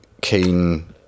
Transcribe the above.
keen